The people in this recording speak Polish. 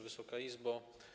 Wysoka Izbo!